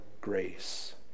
grace